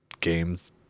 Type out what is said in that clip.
games